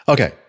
Okay